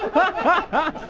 huh?